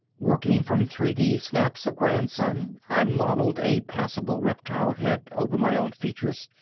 working from three d snaps of grandson, i modeled a passable reptile head over my own features.